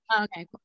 Okay